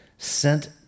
sent